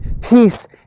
Peace